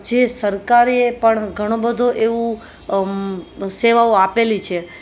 જે સરકારીએ પણ ઘણો બધો એવું સેવાઓ આપેલી છે